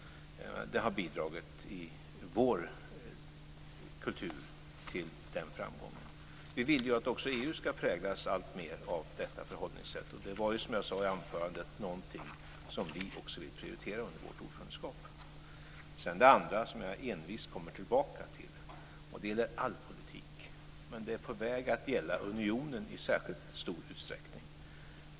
Det har i vår kultur bidragit till den framgången. Vi vill att också EU ska präglas alltmer av detta förhållningssätt. Det är, som jag sade i anförandet, någonting som vi vill prioritera under vårt ordförandeskap. Det finns en annan sak som jag envist kommer tillbaka till. Det gäller all politik, men det är på väg att gälla unionen i särskilt stor utsträckning.